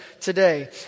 today